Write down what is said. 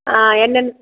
ஆ என்னென்ன